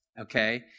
okay